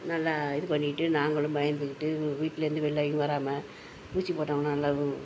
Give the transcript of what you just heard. நல்லா இது பண்ணியிட்டு நாங்களும் பயந்துகிட்டு வீட்லேந்து வெளிளையும் வராமல் ஊசி போட்டோம்ன்னா நல்லா